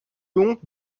honte